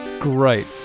great